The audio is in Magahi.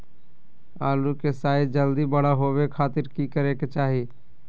आलू के साइज जल्दी बड़ा होबे खातिर की करे के चाही?